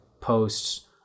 posts